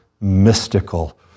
mystical